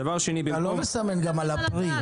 אתה לא מסמן גם על הפרי,